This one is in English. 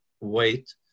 wait